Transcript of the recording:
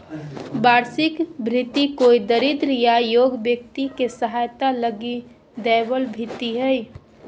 वार्षिक भृति कोई दरिद्र या योग्य व्यक्ति के सहायता लगी दैबल भित्ती हइ